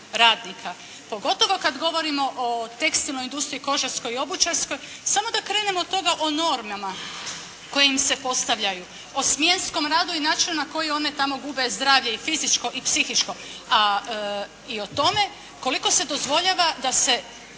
radnika pogotovo kad govorimo o tekstilnoj industriji, kožarskoj i obućarskoj. Samo da krenem od toga o normama koje im se postavljaju, o smjenskom radu i načinu na koji one tamo gube zdravlje i fizičko i psihičko. A i o tome koliko se dozvoljava da se